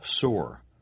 sore